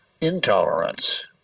intolerance